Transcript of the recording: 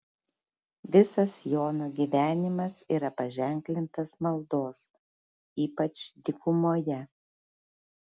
visas jono gyvenimas yra paženklintas maldos ypač dykumoje